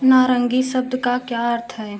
नारंगी शब्द का क्या अर्थ है